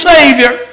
Savior